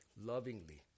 lovingly